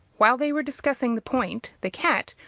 while they were discussing the point, the cat,